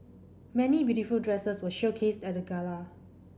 many beautiful dresses were showcased at the gala